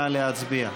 נא להצביע.